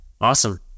Awesome